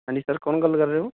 ਹਾਂਜੀ ਸਰ ਕੌਣ ਗੱਲ ਕਰ ਰਹੇ ਓ